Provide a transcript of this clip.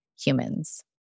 humans